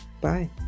Bye